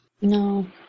No